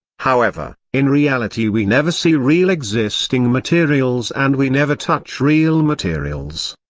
however, in reality we never see real existing materials and we never touch real materials.